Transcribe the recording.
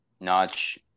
notch